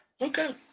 Okay